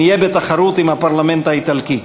נהיה בתחרות עם הפרלמנט האיטלקי.